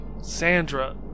Sandra